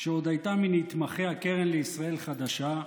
כשעוד הייתה מנתמכי הקרן החדשה לישראל,